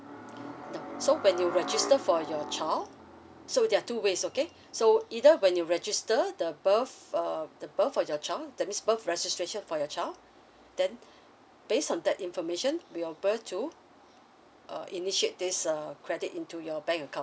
now so when you register for your child so there are two ways okay so either when you register the birth uh the birth for your child that means birth registration for your child then based on that information we'll be able to uh initiate this uh credit into your bank account